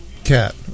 Cat